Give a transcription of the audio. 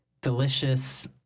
delicious